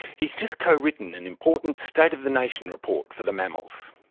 he's just co-written an important state of the nation report for the mammals.